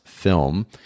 Film